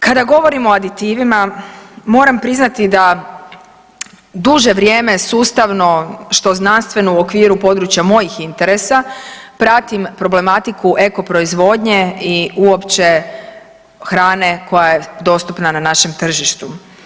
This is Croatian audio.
Kada govorimo o aditivima, moram priznati da duže vrijeme sustavno što znanstveno u okviru područja mojih interesa pratim problematiku eko proizvodnje i uopće hrane koja je dostupna na našem tržištu.